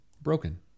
Broken